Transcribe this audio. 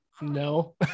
No